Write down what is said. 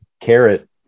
Carrot